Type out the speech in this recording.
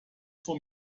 for